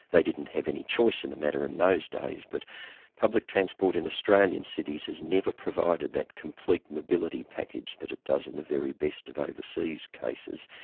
they didn't have any choice in the matter in those days, but public transport in australian cities has never provided that complete mobility package that it does in the very best of overseas cases,